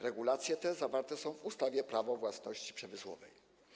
Regulacje te zawarte są w ustawie Prawo własności przemysłowej.